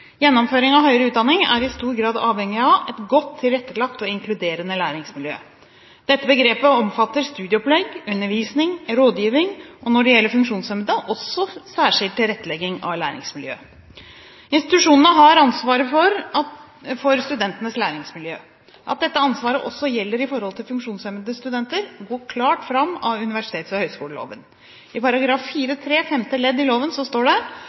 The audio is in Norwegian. er i stor grad avhengig av et godt tilrettelagt og inkluderende læringsmiljø. Dette begrepet omfatter studieopplegg, undervisning, rådgivning og når det gjelder funksjonshemmede, også særskilt tilrettelegging av læringsmiljøet. Institusjonene har ansvaret for studentenes læringsmiljø. At dette ansvaret også gjelder for funksjonshemmede studenter, går klart fram av universitets- og høyskoleloven. I § 4-3 femte ledd i loven står det: «Institusjonen skal, så langt det